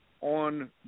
on